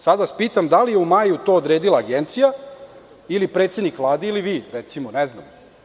Sada vas pitam da li je u maju to odredila Agencija ili predsednik Vlade ili vi, recimo, ne znam?